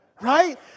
Right